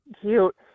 cute